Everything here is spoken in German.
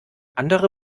andere